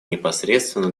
непосредственно